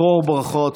צרור ברכות,